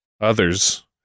Others